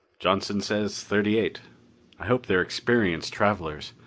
johnson says thirty-eight. i hope they're experienced travelers.